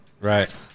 Right